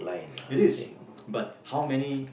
it is but how many